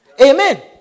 Amen